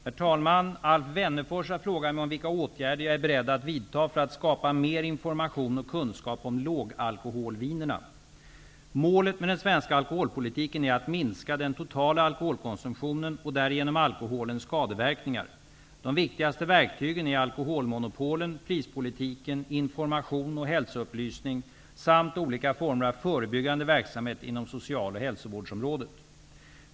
Fru talman! Alf Wennerfors har frågat mig vilka åtgärder jag är beredd att vidta för att skapa mer information och kunskap om lågalkoholvinerna. Målet med den svenska alkoholpolitiken är att minska den totala alkoholkonsumtionen och därigenom alkoholens skadeverkningar. De viktigaste verktygen är alkoholmonopolen, prispolitiken, information och hälsoupplysning samt olika former av förebyggande verksamhet inom social och hälsovårdsarbetet.